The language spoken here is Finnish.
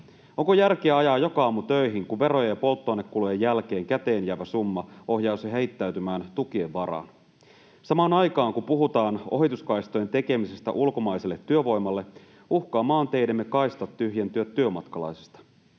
Onko järkeä ajaa joka aamu töihin, kun verojen ja polttoainekulujen jälkeen käteen jäävä summa ohjaisi heittäytymään tukien varaan? Samaan aikaan, kun puhutaan ohituskaistojen tekemisestä ulkomaiselle työvoimalle, uhkaa maanteidemme kaistat tyhjentyä työmatkalaisista.